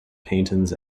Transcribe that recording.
paintings